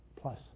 plus